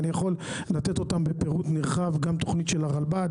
ואני יכול לתת אותן בפירוט נרחב גם תוכנית של הרלב"ד